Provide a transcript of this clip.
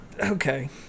okay